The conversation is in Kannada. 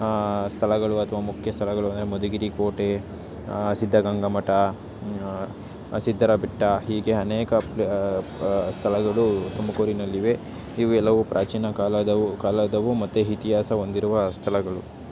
ಸ್ಥಳಗಳು ಅಥವಾ ಮುಖ್ಯ ಸ್ಥಳಗಳು ಅಂದರೆ ಮಧುಗಿರಿ ಕೋಟೆ ಸಿದ್ಧಗಂಗಾ ಮಠ ಸಿದ್ದರ ಬೆಟ್ಟ ಹೀಗೆ ಅನೇಕ ಸ್ಥಳಗಳು ತುಮಕೂರಿನಲ್ಲಿವೆ ಇವು ಎಲ್ಲವೂ ಪ್ರಾಚೀನ ಕಾಲದವು ಕಾಲದವು ಮತ್ತು ಇತಿಹಾಸ ಹೊಂದಿರುವ ಸ್ಥಳಗಳು